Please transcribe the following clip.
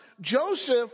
Joseph